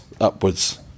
upwards